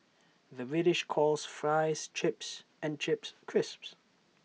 the British calls Fries Chips and Chips Crisps